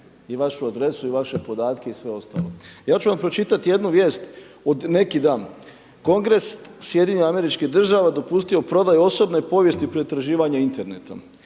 i vašu adresu i vaše podatke i sve ostalo. Ja ću vam pročitati jednu vijest od neki dan. Kongres Sjedinjenih Američkih Država dopustio prodaju osobne povijesti pretraživanja Internetom.